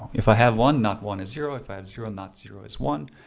if i have one not, one is zero. if i have zero nots, zero is one.